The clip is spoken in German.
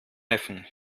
neffen